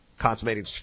consummating